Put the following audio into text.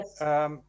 Yes